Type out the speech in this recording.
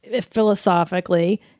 philosophically